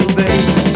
baby